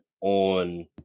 on